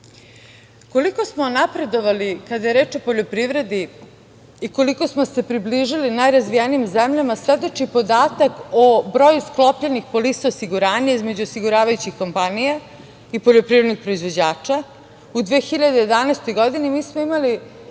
itd. Koliko smo napredovali kada je reč o poljoprivredi i koliko smo se približili najrazvijenijim zemljama svedoči podatak o broju sklopljenih polisa osiguranja između osiguravajućih kompanija i poljoprivrednih proizvođača. U 2011. godini mi smo imali